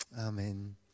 Amen